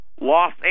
Los